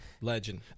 Legend